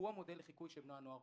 הוא המודל לחיקוי שבני הנוער רואים.